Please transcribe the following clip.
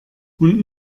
und